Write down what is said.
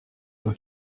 doit